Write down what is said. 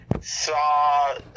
saw